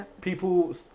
people